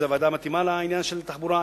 זו הוועדה המתאימה לעניין של התחבורה,